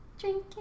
Drinking